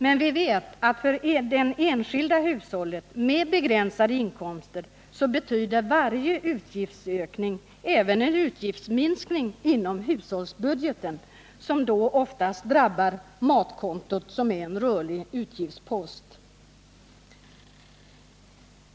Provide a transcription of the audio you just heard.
Men vi vet att för enskilda hushåll med begränsade inkomster betyder varje utgiftsökning även en utgiftsminskning inom hushållsbudgeten, som då oftast drabbar matkontot som är en rörlig utgiftspost.